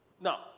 Now